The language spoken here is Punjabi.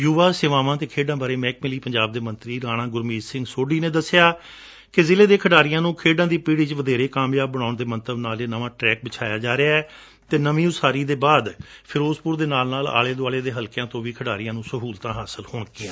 ਯੁਵਾ ਸੇਵਾਵਾਂ ਅਤੇ ਖੇਡਾਂ ਬਾਰੇ ਮੱਹਿਕਮੇ ਲਈ ਪੰਜਾਬ ਦੇ ਮੰਤਰੀ ਰਾਣਾ ਗੁਰਮੀਤ ਸਿੰਘ ਸੋਢੀ ਨੇ ਦਸਿਐ ਕਿ ਜ਼ਿਲ੍ਹੇ ਦੇ ਖਿਡਾਰੀਆਂ ਨੂੰ ਖੇਡਾਂ ਦੀ ਪਿੜ ਵਿਚ ਵਧੇਰੇ ਕਾਮਯਾਬ ਬਣਾਉਣ ਦੇ ਮੰਤਵ ਨਾਲ ਇਹ ਨਵਾਂ ਟਰੈਕ ਬਿਛਾਇਆ ਜਾ ਰਿਹੈ ਅਤੇ ਨਵੀਂ ਉਸਾਰੀ ਦੇ ਬਾਅਦ ਫਿਰੋਜ਼ਪੁਰ ਦੇ ਨਾਲ ਨਾਲ ਆਲੇ ਦੁਆਲੇ ਦੇ ਹਲਕਿਆਂ ਤੋਂ ਵੀ ਖਿਡਾਰੀਆਂ ਨੁੰ ਸਹੁਲਤਾਂ ਹਾਸਲ ਹੋਣਗੀਆਂ